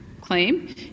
claim